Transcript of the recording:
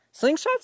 Slingshots